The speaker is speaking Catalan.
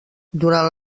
durant